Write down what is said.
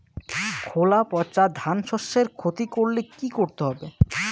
খোলা পচা ধানশস্যের ক্ষতি করলে কি করতে হবে?